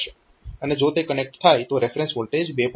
અને જો તે કનેક્ટ થાય તો રેફરન્સ વોલ્ટેજ 2